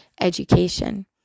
education